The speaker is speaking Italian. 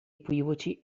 equivoci